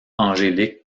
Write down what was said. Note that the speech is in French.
angélique